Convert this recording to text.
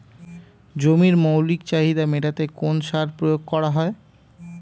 জমির মৌলিক চাহিদা মেটাতে কোন সার প্রয়োগ করা হয়?